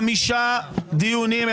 חמישה דיונים,